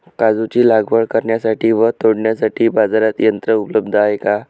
काजूची लागवड करण्यासाठी व तोडण्यासाठी बाजारात यंत्र उपलब्ध आहे का?